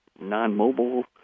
non-mobile